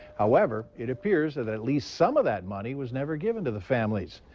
however, it appears that at least some of that money was never given to the families.